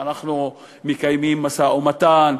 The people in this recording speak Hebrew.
אנחנו מקיימים משא-ומתן,